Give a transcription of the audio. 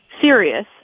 serious